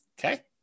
Okay